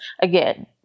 again